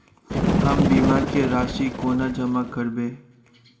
हम बीमा केँ राशि कोना जमा करबै?